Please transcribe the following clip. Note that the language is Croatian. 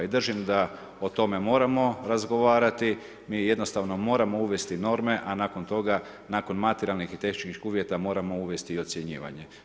I držim da o tome moramo razgovarati, mi jednostavno moramo uvesti norme a nakon toga, nakon materijalnih i tehničkih uvjeta moramo uvesti i ocjenjivanje.